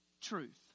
truth